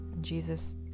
Jesus